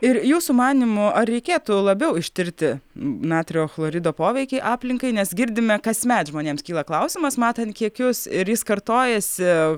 ir jūsų manymu ar reikėtų labiau ištirti natrio chlorido poveikį aplinkai nes girdime kasmet žmonėms kyla klausimas matant kiekius ir jis kartojasi